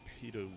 Peter